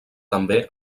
també